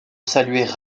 saluer